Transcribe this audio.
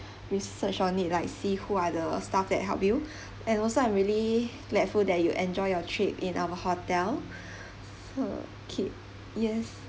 research on it like see who are the staff that help you and also I'm really grateful that you enjoyed your trip in our hotel so K yes